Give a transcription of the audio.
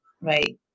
right